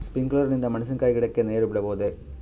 Sprinkler ನಿಂದ ಮೆಣಸಿನಕಾಯಿ ಗಿಡಕ್ಕೆ ನೇರು ಬಿಡಬಹುದೆ?